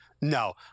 No